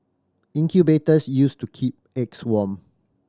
incubators used to keep eggs warm